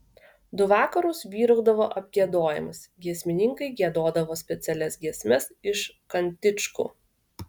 du vakarus vyraudavo apgiedojimas giesmininkai giedodavo specialias giesmes iš kantičkų